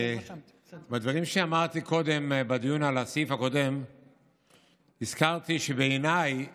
בדברים שאמרתי קודם בדיון על הסעיף הקודם הזכרתי שבעיניי